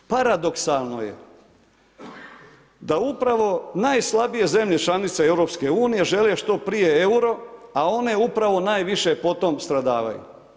Paradoksalno je da upravo najslabije zemlje članice EU žele što prije euro, a one upravo najviše potom stradavaju.